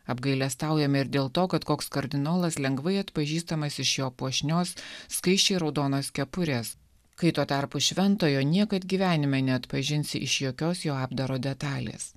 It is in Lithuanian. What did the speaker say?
apgailestaujame ir dėl to kad koks kardinolas lengvai atpažįstamas iš jo puošnios skaisčiai raudonas kepures kai tuo tarpu šventojo niekad gyvenime neatpažinsi iš jokios jo apdaro detalės